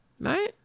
right